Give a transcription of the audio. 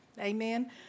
Amen